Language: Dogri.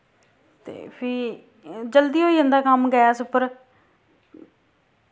ते फ्ही जल्दी होई जंदा कम्म गैस उप्पर